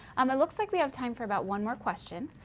um it looks like we have time for about one more question.